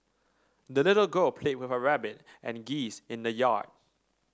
the little girl played with her rabbit and geese in the yard